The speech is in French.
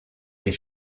les